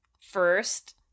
First